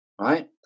right